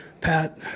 Pat